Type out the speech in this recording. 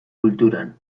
kulturan